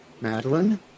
Madeline